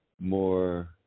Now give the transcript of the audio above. more